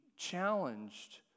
Challenged